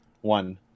one